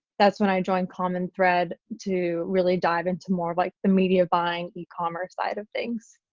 that's when i joined common thread to really dive into more of like the media buying, ecommerce side of things.